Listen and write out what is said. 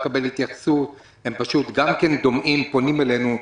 הם פשוט דומעים ופונים אלינו.